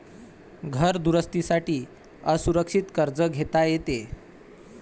घर दुरुस्ती साठी असुरक्षित कर्ज घेता येते